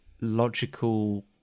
logical